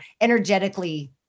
energetically